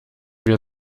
wir